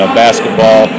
basketball